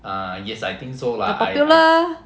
popular